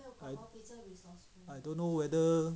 I I don't know whether